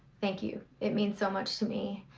thank you. it means so much to me.